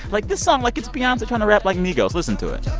like, this song like, it's beyonce trying to rap like migos. listen to it